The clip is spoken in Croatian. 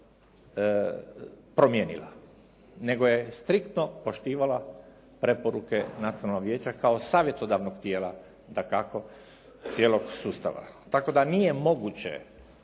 promijenila, nego je striktno poštivala preporuke nacionalnog vijeća kao savjetodavnog tijela dakako cijelog sustava. Tako da nije moguće,